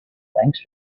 thanks